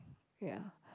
ya